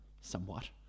somewhat